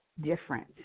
different